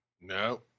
No